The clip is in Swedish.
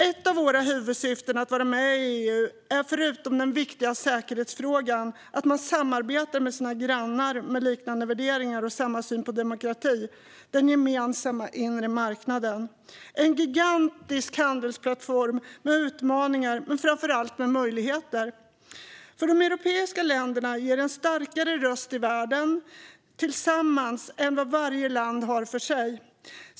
Ett av våra huvudsyften med att vara med i EU är förutom den viktiga säkerhetsfrågan att man samarbetar med grannar med liknande värderingar och samma syn på demokrati - den gemensamma inre marknaden. Det är en gigantisk handelsplattform med utmaningar men framför allt med möjligheter. De europeiska länderna har en starkare röst i världen tillsammans än varje land för sig.